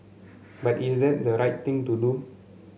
but is that the right thing to do